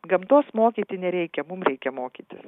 gamtos mokyti nereikia mum reikia mokytis